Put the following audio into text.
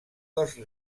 dels